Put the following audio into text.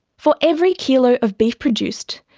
for every kilo of beef produced,